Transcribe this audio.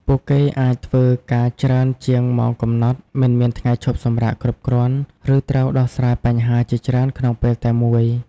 ពួកគេអាចធ្វើការច្រើនជាងម៉ោងកំណត់ មិនមានថ្ងៃឈប់សម្រាកគ្រប់គ្រាន់ ឬត្រូវដោះស្រាយបញ្ហាជាច្រើនក្នុងពេលតែមួយ។